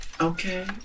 Okay